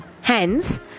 hence